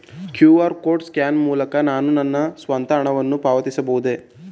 QR code scan ಮೂಲಕ ನಾನು ನನ್ನ ಸ್ವಂತ ಹಣವನ್ನು ಪಾವತಿಸಬಹುದೇ?